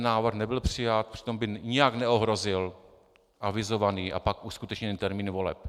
Návrh nebyl přijat, přitom by nijak neohrozil avizovaný a pak uskutečněný termín voleb.